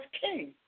king